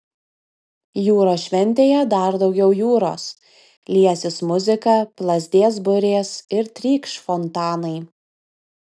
jūros šventėje dar daugiau jūros liesis muzika plazdės burės ir trykš fontanai